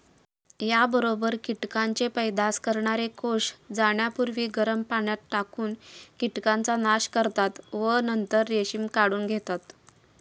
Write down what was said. याबरोबर कीटकांचे पैदास करणारे कोष जाण्यापूर्वी गरम पाण्यात टाकून कीटकांचा नाश करतात व नंतर रेशीम काढून घेतात